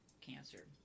cancer